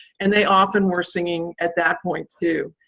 and they often were singing at that point too.